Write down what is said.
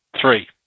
Three